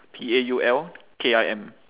P A U L K I M